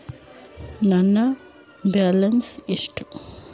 ನನ್ನ ಬ್ಯಾಲೆನ್ಸ್ ಎಷ್ಟು?